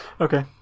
Okay